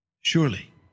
Surely